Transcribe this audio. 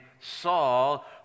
Saul